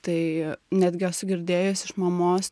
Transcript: tai netgi esu girdėjus iš mamos